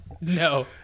No